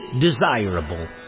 desirable